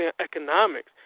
economics